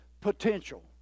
potential